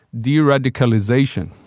de-radicalization